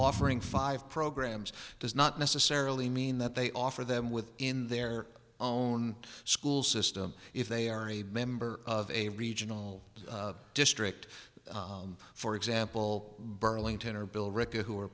offering five programs does not necessarily mean that they offer them within their own school system if they are a member of a regional district for example burlington or bill rekha who are